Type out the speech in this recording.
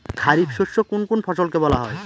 খারিফ শস্য কোন কোন ফসলকে বলা হয়?